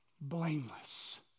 blameless